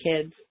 kids